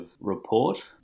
report